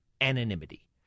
anonymity